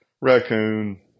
Raccoon